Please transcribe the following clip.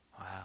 wow